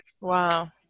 wow